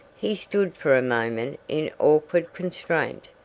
he stood for a moment in awkward constraint,